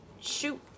shoot